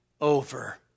over